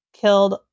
killed